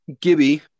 Gibby